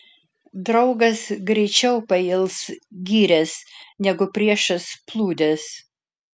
draugas greičiau pails gyręs negu priešas plūdes